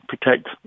protect